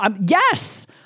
Yes